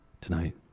Tonight